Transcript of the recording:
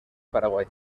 paraguay